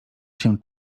się